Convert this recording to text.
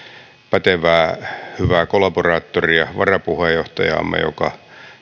pätevää hyvää kollaboraattoria varapuheenjohtajaamme joka